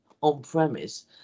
on-premise